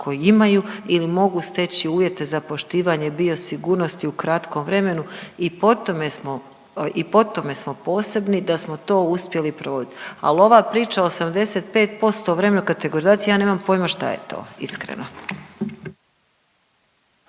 koji imaju ili mogu steći uvjete za poštivanje biosigurnosti u kratkom vremenu i po tome smo, i po tome smo posebni da smo to uspjeli provodit. Ali ova priča o 75% o vremenu kategorizacije ja nema pojma šta je to iskreno.